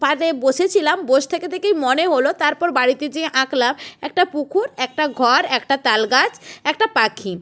পাড়ে বসেছিলাম বসে থেকে থেকেই মনে হলো তারপর বাড়িতে যেয়ে আঁকলাম একটা পুকুর একটা ঘর একটা তাল গাছ একটা পাখি